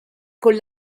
con